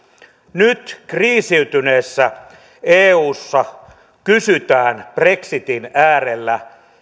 nyt kriisiytyneessä eussa kysytään brexitin äärellä